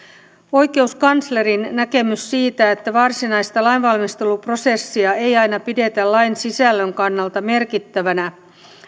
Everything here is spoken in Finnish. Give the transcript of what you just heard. oikeuskanslerin näkemys siitä että varsinaista lainvalmisteluprosessia ei aina pidetä lain sisällön kannalta merkittävänä